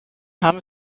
همه